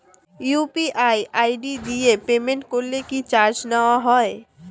UPI ID দিয়ে payment করলে কি চার্জ নেয়া হয়?